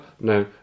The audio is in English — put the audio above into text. No